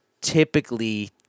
typically